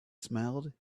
smiled